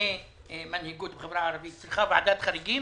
למכוני מנהיגות בחברה הערבית צריכים ועדת חריגים